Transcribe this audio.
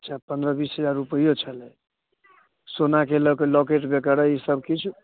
अच्छा पन्द्रह बीस हजार रुपैयो छलै सोनाके लके लॉकेट वगैरह ई सब किछु